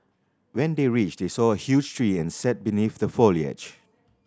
when they reached they saw a huge tree and sat beneath the foliage